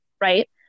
right